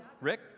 Rick